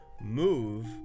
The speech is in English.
move